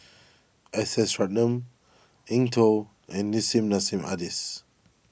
S S Ratnam Eng Tow and Nissim Nassim Adis